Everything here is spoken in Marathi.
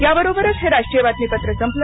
या बरोबरच हे राष्ट्रीय बातमीपत्र संपलं